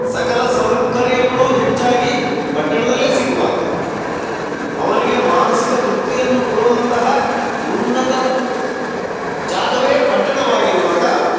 ಸಕಲ ಸೌಕರ್ಯಗಳೂ ಹೆಚ್ಚಾಗಿ ಪಟ್ಟಣದಲ್ಲೇ ಸಿಗುವಾಗ ಅವರಿಗೆ ಮಾನಸಿಕ ತೃಪ್ತಿಯನ್ನು ಕೊಡುವಂತಹ ಉನ್ನತ ಜಾಗವೇ ಪಟ್ಟಣವಾಗಿರುವಾಗ